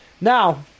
now